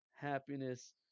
happiness